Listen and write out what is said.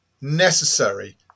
necessary